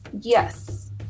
Yes